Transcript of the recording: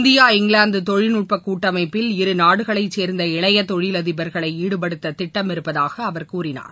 India England தொழில்நுட்ப கூட்டமைப்பில் இருநாடுகளைச் சேர்ந்த இளைய தொழிலதிபர்களை ஈடுபடுத்த திட்டம் இருப்பதாக அவர் கூறினார்